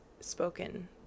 spoken